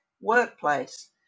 workplace